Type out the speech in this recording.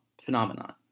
phenomenon